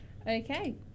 Okay